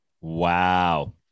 Wow